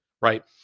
right